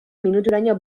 minuturaino